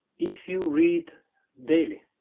if you read daily